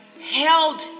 held